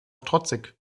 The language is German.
trotzig